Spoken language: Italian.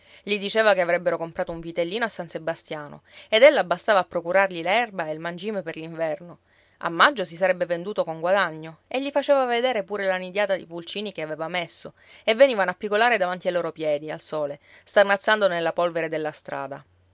gli diceva che avrebbero comprato un vitellino a san sebastiano ed ella bastava a procurargli l'erba e il mangime per l'inverno a maggio si sarebbe venduto con guadagno e gli faceva vedere pure la nidiata di pulcini che aveva messo e venivano a pigolare davanti ai loro piedi al sole starnazzando nella polvere della strada